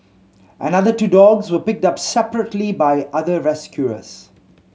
another two dogs were picked up separately by other rescuers